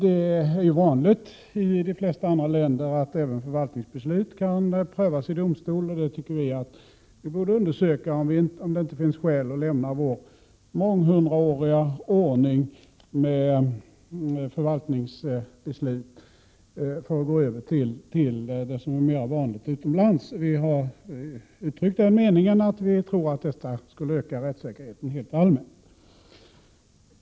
Det är ju i de flesta länder vanligt att även förvaltningsbeslut kan prövas i domstol. Vi tycker att vi borde undersöka om det inte finns skäl att lämna vår månghundraåriga ordning med förvaltningsbeslut för att övergå till det som är mer vanligt utomlands. Vi har uttryckt den meningen att vi tror att detta skulle öka rättssäkerheten helt allmänt.